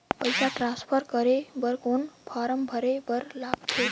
पईसा ट्रांसफर करे बर कौन फारम भरे बर लगथे?